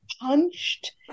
punched